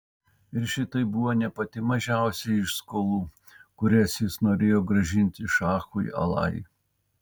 ir šitai buvo ne pati mažiausioji iš skolų kurias jis norėjo grąžinti šachui alai